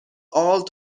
all